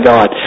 God